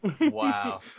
Wow